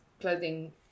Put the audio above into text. clothing